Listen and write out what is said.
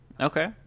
Okay